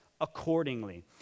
accordingly